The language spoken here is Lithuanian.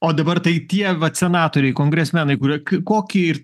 o dabar tai tie vat senatoriai kongresmenai kurie kokį ir